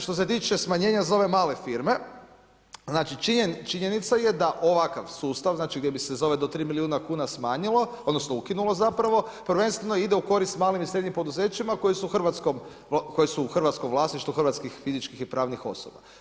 Što se tiče smanjenja za ove male firme, činjenica je da ovakav sustav gdje bi se za ova do 3 milijuna kuna smanjilo, odnosno ukinulo zapravo, prvenstvo ide u korist malim i srednjim poduzećima koji su u hrvatskom vlasništvu, hrvatskih fizičkih i pravnih osoba.